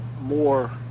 more